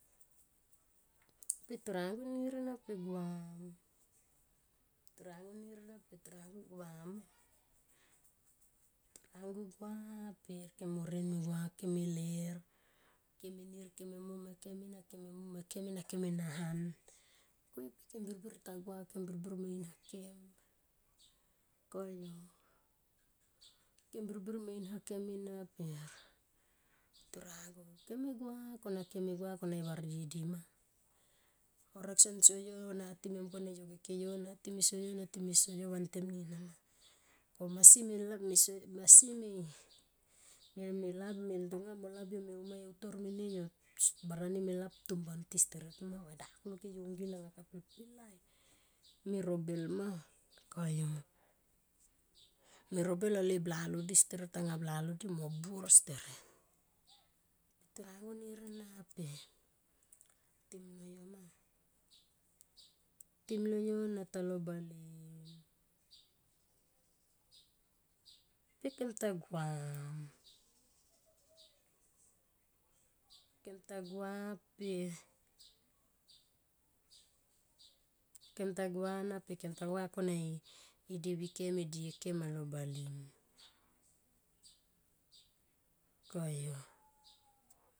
Pe turangu nir ena pe guam ma. turangu gua per kem mo rien me gua kem me ler. Kem me nir kem me mom hakem ena kem me mom nakem ena kem me nahan koyu pe kem birbir ta gua kem birbir me in hakem koyu kem birbir me in hakem ena tunangu ke me gua koma ke me gua kona e vardie di ma. Horek son so yo na time mun kone yo keke yona time so yo na time so yo vantem nim ena ma. Mo masi me. la me so masi me la. Me ntonga mo lap yo me umae utor mene yo baron ni me lap tumban ti steret ma va dakuik e leoungil anga kapil pi lai me robel ma koyu. Me ro bel ale blalo di steret anga blalo di mo buor steret. Pe turangu nir ena timlo yo ma tim lo yo na talo bale pe kem ta guam. Kem ta gua pe kem ta gua nape. kem tagua kona e devi kem e die kem alo bale.